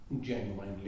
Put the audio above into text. genuinely